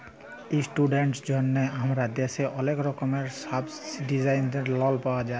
ইশটুডেন্টদের জন্হে হামাদের দ্যাশে ওলেক রকমের সাবসিডাইসদ লন পাওয়া যায়